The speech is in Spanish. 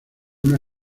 una